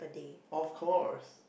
of course